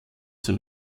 zur